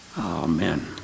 amen